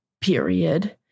period